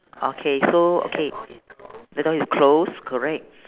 okay so okay the door is close correct